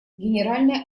генеральная